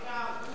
מספיק.